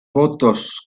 votos